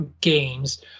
games